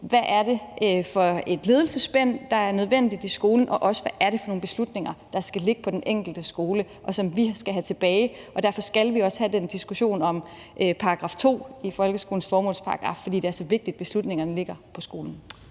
hvad det er for et ledelsesspænd, der er nødvendigt i skolen, og hvad det er for nogle beslutninger, der skal ligge på den enkelte skole, og som skal tilbage til skolen. Og derfor skal vi også have den diskussion om § 2 i folkeskolens formålsparagraf. For det er så vigtigt, at beslutningerne ligger på skolen.